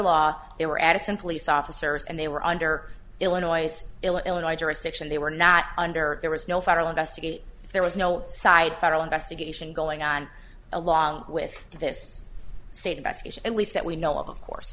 law they were addison police officers and they were under illinois illinois jurisdiction they were not under there was no federal investigate if there was no side federal investigation going on along with this state investigation at least that we know of course